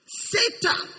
Satan